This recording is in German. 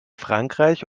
frankreich